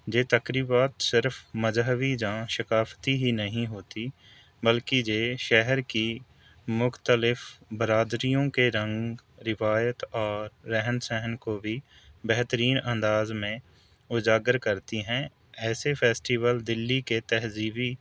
یہ تقریبات صرف مذہبی یا ثقافتی ہی نہیں ہوتی بلکہ یہ شہر کی مختلف برادریوں کے رنگ روایت اور رہن سہن کو بھی بہترین انداز میں اجاگر کرتی ہیں ایسے فیسٹیول دلی کے تہذیبی